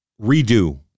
redo